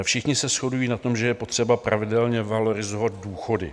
Všichni se shodují na tom, že je potřeba pravidelně valorizovat důchody.